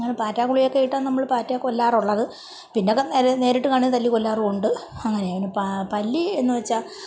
അങ്ങനെ പാറ്റ ഗുളികയൊക്കെ ഇട്ടാണ് നമ്മൾ പാറ്റയെ കൊല്ലാറുള്ളത് പിന്നെയൊക്കെ നേരെ നേരിട്ട് കാണുന്നത് തല്ലി കൊല്ലാറുമുണ്ട് അങ്ങനെയാണ് പിന്നെ പല്ലി എന്നു വെച്ചാൽ